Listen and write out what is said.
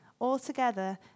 Altogether